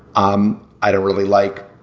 um i don't really like.